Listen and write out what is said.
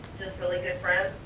just really good friends.